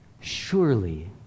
Surely